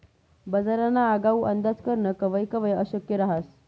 बजारना आगाऊ अंदाज करनं कवय कवय अशक्य रहास